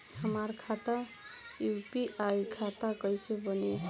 हमार खाता यू.पी.आई खाता कईसे बनी?